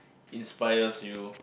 inspires you